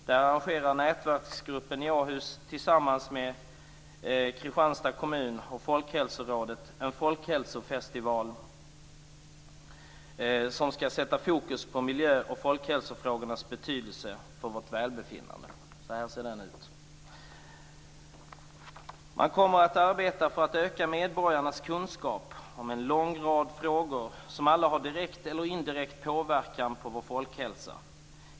Där arrangerar nätverksgruppen i Åhus tillsammans med Kristianstads kommun och Folkhälsorådet en folkhälsofestival som skall sätta fokus på miljö och folkhälsofrågornas betydelse för vårt välbefinnande. Man kommer att arbeta för att öka medborgarnas kunskap om en lång rad frågor som alla har direkt eller indirekt påverkan på vår folkhälsa.